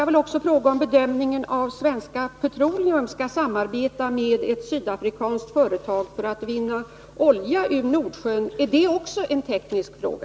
Är bedömningen av om Svenska Petroleum skall samarbeta med ett sydafrikanskt företag för att utvinna olja ur Nordsjön också en teknisk fråga?